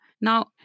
Now